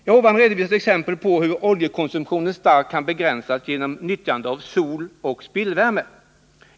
Jag har redovisat exempel på hur oljekonsumtionen starkt kan begränsas genom nyttjande av soloch spillvärme.